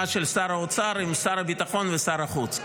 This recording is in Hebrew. של שר האוצר עם שר הביטחון ושר החוץ.